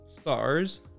stars